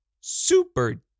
super